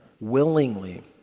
willingly